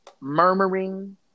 murmuring